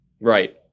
Right